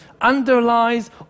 underlies